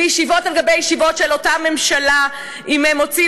וישיבות על גבי ישיבות של ראש ממשלה עם מוציא